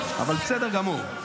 אבל בסדר גמור.